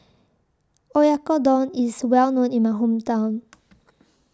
Oyakodon IS Well known in My Hometown